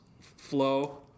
flow